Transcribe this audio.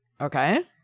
Okay